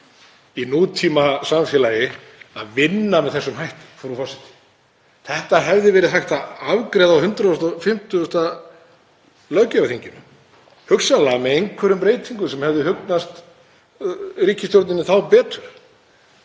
í nútímasamfélagi að vinna með þessum hætti, frú forseti. Þetta hefði verið hægt að afgreiða á 150. löggjafarþingi, hugsanlega með einhverjum breytingum sem hefðu þá hugnast ríkisstjórninni betur,